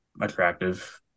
attractive